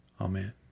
Amen